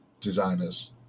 designers